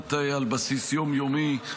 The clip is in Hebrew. כמעט על בסיס יום-יומי.